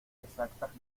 exactas